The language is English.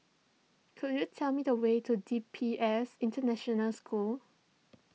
could you tell me the way to D P S International School